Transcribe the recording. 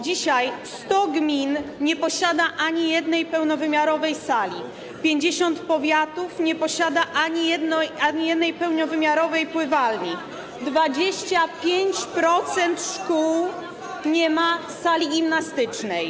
Dzisiaj 100 gmin nie posiada ani jednej pełnowymiarowej sali, 50 powiatów nie posiada ani jednej pełnowymiarowej pływalni, 25% szkół nie ma sali gimnastycznej.